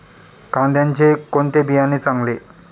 कांद्याचे कोणते बियाणे चांगले?